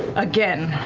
again.